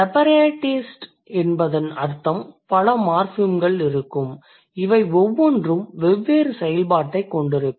Separatist என்பதன் அர்த்தம் பல மார்ஃபிம்கள் இருக்கும் இவை ஒவ்வொன்றும் வெவ்வேறு செயல்பாட்டைக் கொண்டிருக்கும்